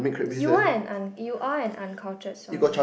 you are un~ you are an uncultured swine